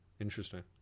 Interesting